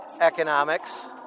economics